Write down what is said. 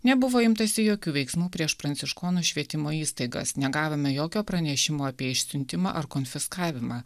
nebuvo imtasi jokių veiksmų prieš pranciškonų švietimo įstaigas negavome jokio pranešimo apie išsiuntimą ar konfiskavimą